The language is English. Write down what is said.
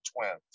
twins